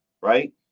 right